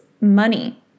money